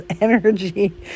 energy